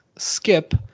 Skip